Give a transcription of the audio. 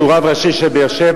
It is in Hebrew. שהוא רב ראשי של באר-שבע,